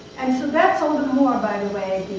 and so that's all the more, by the way,